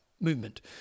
movement